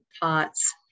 pots